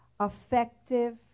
effective